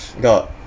got